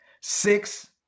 Six